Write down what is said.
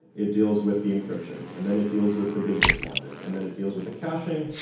it deals with the encryption, and then it deals with the business logic, and then it deals with the caching,